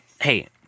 Hey